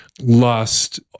lust